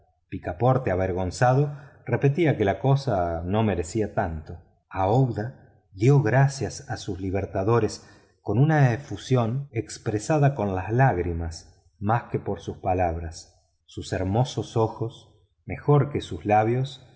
picaporte avergonzado repetía que la cosa no merecía tanto aouda dio gracias a sus libertadores con una efusión expresada con las lágrimas más que por sus palabras sus hermosos ojos mejor que sus labios